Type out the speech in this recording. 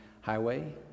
highway